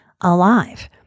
alive